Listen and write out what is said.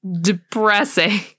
depressing